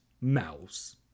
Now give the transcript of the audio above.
mouse